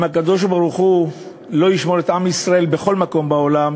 אם הקדוש-ברוך-הוא לא ישמור את עם ישראל בכל מקום בעולם,